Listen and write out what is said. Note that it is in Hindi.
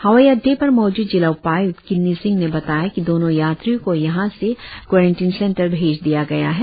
हवाई अड्डे पर मौजूद जिला उपायुक्त किन्नी सिंह ने बताया कि दोनों यात्रियों को यहाँ से क्वारेंटिन सेंटर भेज दिया गया है